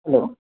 hello